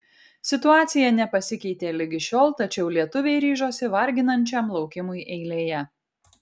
situacija nepasikeitė ligi šiol tačiau lietuviai ryžosi varginančiam laukimui eilėje